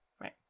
Right